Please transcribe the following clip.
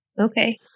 Okay